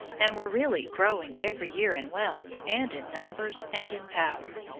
and were really growing every year in wealth, and in numbers, and in power,